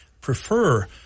prefer